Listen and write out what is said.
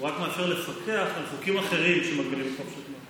הוא רק מאפשר לפקח על חוקים אחרים שמגבילים את חופש התנועה.